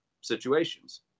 situations